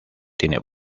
tiene